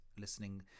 listening